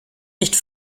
nicht